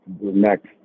next